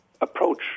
approach